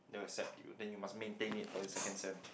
they will accept you then you must maintain it for your second sem